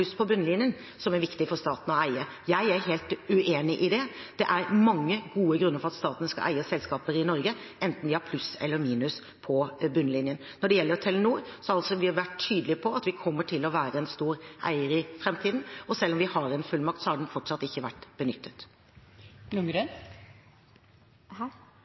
på bunnlinjen som det er viktig for staten å eie. Jeg er helt uenig i det. Det er mange gode grunner for at staten skal eie selskaper i Norge, enten de har pluss eller minus på bunnlinjen. Når det gjelder Telenor, har vi altså vært tydelig på at vi kommer til å være en stor eier i framtiden, og selv om vi har en fullmakt, så har den fortsatt ikke vært benyttet.